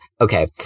okay